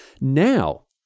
now